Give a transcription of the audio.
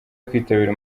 kwitabira